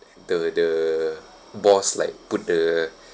the the boss like put the